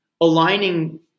aligning